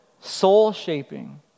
soul-shaping